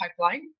pipeline